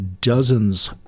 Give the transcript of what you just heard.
dozens